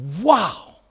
wow